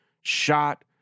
shot